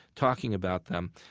talking about them,